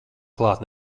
klāt